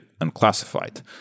unclassified